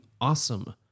awesome